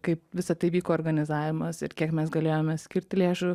kaip visa tai vyko organizavimas ir kiek mes galėjome skirti lėšų